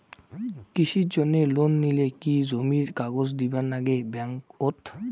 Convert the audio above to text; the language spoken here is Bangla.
কৃষির জন্যে লোন নিলে কি জমির কাগজ দিবার নাগে ব্যাংক ওত?